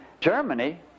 Germany